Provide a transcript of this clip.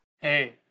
Hey